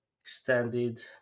extended